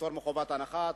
פטור מחובת הנחה,